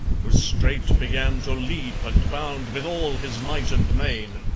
who straight began to leap and bound with all his might and main.